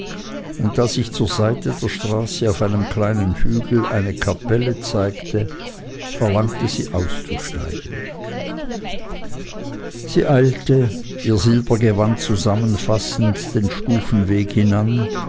und da sich zur seite der straße auf einem kleinen hügel eine kapelle zeigte verlangte sie auszusteigen sie eilte ihr silbergewand zusammenfassend den stufen weg hinan